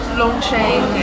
launching